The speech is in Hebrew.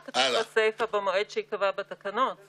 היא הבהירה למשרד המדע והטכנולוגיה ששיטת ההפעלה הזאת,